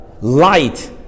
light